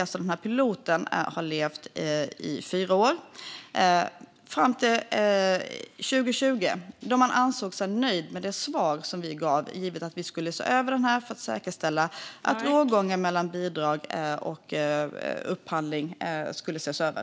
Detta pilotärende har levt i fyra år fram till 2020 då man ansåg sig nöjd med det svar som vi gav, givet att vi skulle se över detta för att säkerställa att rågången mellan bidrag och upphandling skulle ses över.